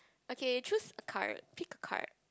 okay choose a card pick a card